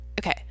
Okay